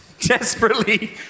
desperately